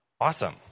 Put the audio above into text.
awesome